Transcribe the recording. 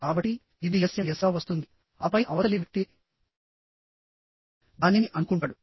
కాబట్టిఇది ఎస్ఎం ఎస్గా వస్తుంది ఆపై అవతలి వ్యక్తి దానిని అందుకుంటాడు